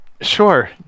Sure